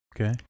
Okay